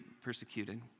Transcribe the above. persecuted